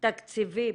תקציבים